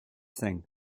thing